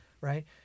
Right